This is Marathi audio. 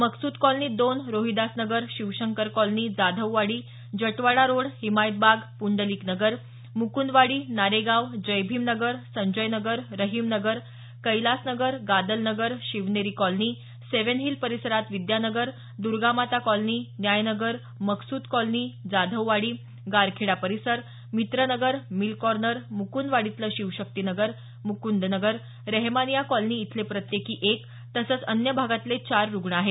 मकसूद कॉलनीत दोन Rohidas Nagar Shivshankar colony Jadhavwadi Jatwada road Himayat Bagh Pundlik Nagar Mukundwadi Naregaon Jaibhim Nagar Sanjay Nagar Rahim Nagar Kailas Nagar Gadal Nagar Shivneri colony seven hill परिसरात विद्यानगर दुर्गा माता कॉलनी न्याय नगर मकसूद कॉलनी जाधववाडी गारखेडा परिसर मित्र नगर मिल कॉर्नर मुकुंदवाडीतलं शिवशक्ती नगर मुकुंद नगर रहेमानिया कॉलनी इथले प्रत्येकी एक तसंच अन्य भागातले चार रुग्ण आहेत